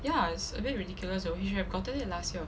ya is a bit ridiculous though he should have gotten it last year